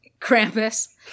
krampus